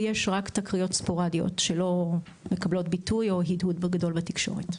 ויש רק תקריות ספוראדיות שלא מקבלות ביטוי או הדהוד בתקשורת.